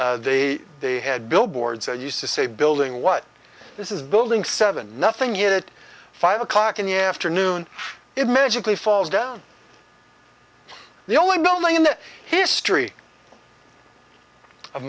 they they had billboards that used to say building what this is building seven nothing in it five o'clock in the afternoon it magically falls down the only building in the history of